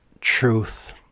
truth